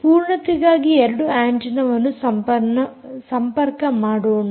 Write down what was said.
ಪೂರ್ಣತೆಗಾಗಿ 2 ಆಂಟೆನ್ನವನ್ನು ಸಂಪರ್ಕ ಮಾಡೋಣ